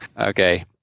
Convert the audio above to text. Okay